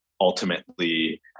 ultimately